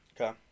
Okay